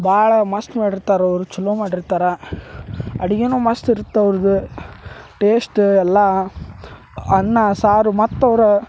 ಭಾಳ ಮಸ್ತ್ ಮಾಡಿರ್ತಾರ ಅವರು ಛಲೋ ಮಾಡಿರ್ತಾರೆ ಅಡಿಗಿನೂ ಮಸ್ತ್ ಇರತ್ತೆ ಅವ್ರ್ದ ಟೇಸ್ಟ ಎಲ್ಲಾ ಅನ್ನಾ ಸಾರು ಮತ್ತೆ ಅವ್ರ